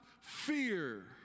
fear